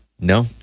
No